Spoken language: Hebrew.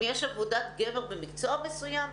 אם יש עבודת גמר במקצוע מסוים,